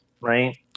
right